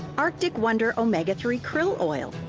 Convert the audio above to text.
arctic wonder omega three krill oil.